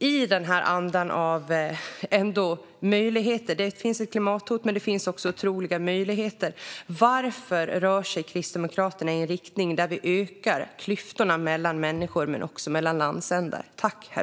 I denna anda av möjligheter - det finns ett klimathot men också otroliga möjligheter - varför rör sig Kristdemokraterna i riktning mot att öka klyftorna mellan människor men också mellan landsändar?